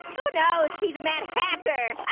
who knows, he's a mad hat-ter.